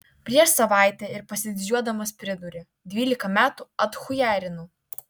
prieš savaitę ir pasididžiuodamas pridūrė dvylika metų atchujarinau